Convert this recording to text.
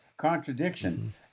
contradiction